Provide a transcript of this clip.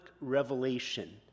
revelation